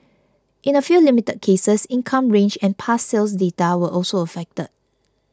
in a few limited cases income range and past sales data were also affected